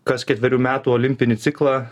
kas ketverių metų olimpinį ciklą